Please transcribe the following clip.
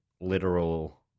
literal